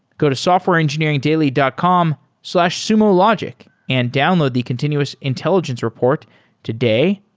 go to softwareengineeringdaily dot com slash sumologic and download the continuous intelligence report today.